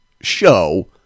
show